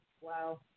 Wow